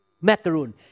macaroon